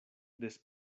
des